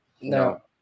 No